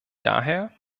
daher